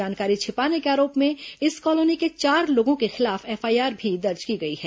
जानकारी छिपाने के आरोप में इस कॉलोनी के चार लोगों के खिलाफ एफआईआर भी दर्ज की गई है